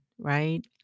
right